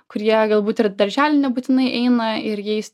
kurie galbūt ir į darželį nebūtinai eina ir jais